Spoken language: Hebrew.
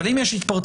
אבל אם יש התפרצות,